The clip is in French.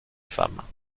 femmes